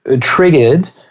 triggered